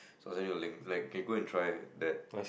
so I'll send you a link like okay go and try that